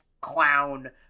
clown